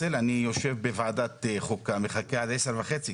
כשאנחנו מסתכלים על הבעד אז קודם כל אני